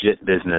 business